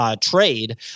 trade